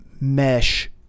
mesh